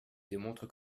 démontre